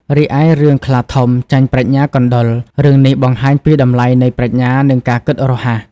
រីឯរឿងខ្លាធំចាញ់ប្រាជ្ញាកណ្ដុរ រឿងនេះបង្ហាញពីតម្លៃនៃប្រាជ្ញា និងការគិតរហ័ស។